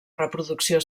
reproducció